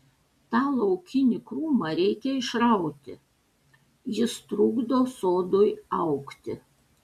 tą laukinį krūmą reikia išrauti jis trukdo sodui augti